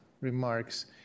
remarks